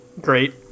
Great